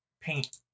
paint